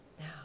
Now